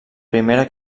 primera